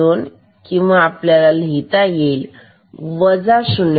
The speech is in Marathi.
02 किंवा आपल्याला लिहिता येईल वजा 0